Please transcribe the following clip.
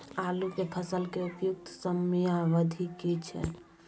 आलू के फसल के उपयुक्त समयावधि की छै?